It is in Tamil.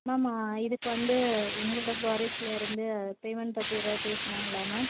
மேம் இதுக்கு வந்து எங்களோடய ஃப்ளாரிஸ்ட்லேருந்து பேமெண்ட் பற்றி ஏதாவது பேசுனாங்களா மேம்